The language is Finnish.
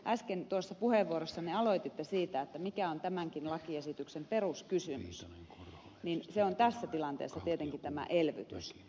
äsken tuossa puheenvuorossanne aloititte siitä mikä on tämänkin lakiesityksen peruskysymys ja se on tässä tilanteessa tietenkin tämä elvytys